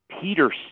Peter